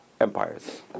empires